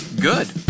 good